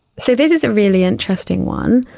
so this is a really interesting one.